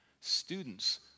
Students